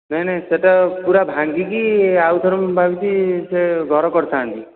ନାଇଁ ନାଇଁ ସେଟା ପୁରା ଭାଙ୍ଗିକି ଆଉ ଥରେ ମୁଁ ଭାବିଛି ସେ ଘର କରିଥାନ୍ତି